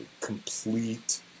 complete